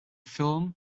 film